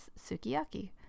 Sukiyaki